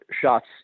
shots